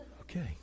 Okay